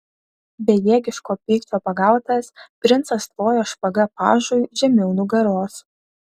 bejėgiško pykčio pagautas princas tvojo špaga pažui žemiau nugaros